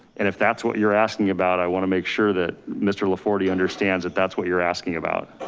and if that's what you're asking about, i want to make sure that mr. laforte understands that that's what you're asking about.